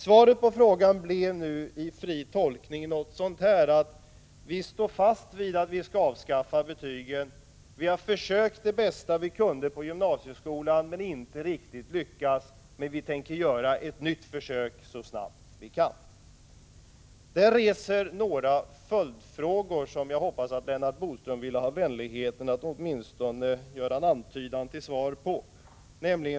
Svaret på frågan blev nu, i fri tolkning: Vi står fast vid att vi skall avskaffa betygen. Vi har försökt så gott vi har kunnat på gymnasieskolan men inte riktigt lyckats, men vi tänker göra ett nytt försök så snart vi kan. Detta reser några följdfrågor, som jag hoppas att Lennart Bodström vill ha vänligheten att åtminstone ge en antydan till svar på.